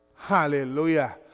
Hallelujah